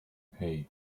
hey